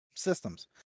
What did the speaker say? systems